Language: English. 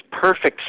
perfect